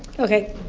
okay.